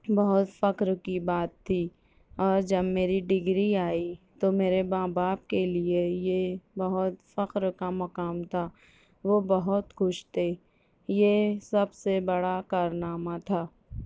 بہت فخر کی بات تھی اور جب میری ڈگری آئی تو میرے ماں باپ کے لیے یہ بہت فخر کا مقام تھا وہ بہت خوش تھے یہ سب سے بڑا کارنامہ تھا